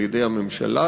על-ידי הממשלה,